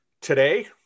today